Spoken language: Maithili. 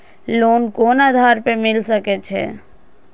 लोन कोन आधार पर मिल सके छे?